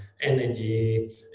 energy